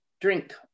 drink